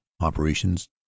Operations